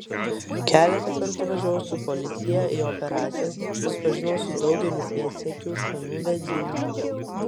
keletą kartų važiavau su policiją į operacijas susipažinau su daugeliu pėdsekių šunų vedlių